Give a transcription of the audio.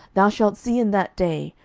thou shalt see in that day,